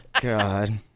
God